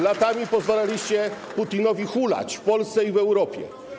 latami pozwalaliście Putinowi hulać w Polsce i w Europie.